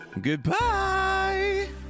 Goodbye